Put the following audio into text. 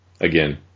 Again